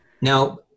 Now-